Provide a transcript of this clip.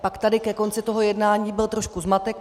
Pak tady ke konci toho jednání byl trošku zmatek.